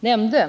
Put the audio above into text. nämnde.